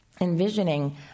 Envisioning